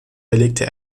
belegte